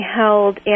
held